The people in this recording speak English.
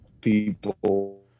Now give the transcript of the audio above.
people